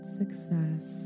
success